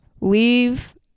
Leave